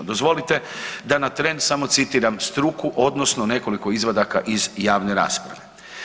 Dozvolite da na tren samo citiram struku odnosno nekoliko izvadaka iz javne rasprave.